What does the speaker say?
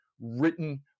written